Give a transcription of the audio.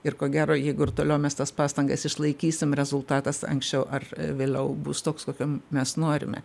ir ko gero jeigu ir toliau mes tas pastangas išlaikysim rezultatas anksčiau ar vėliau bus toks kokio mes norime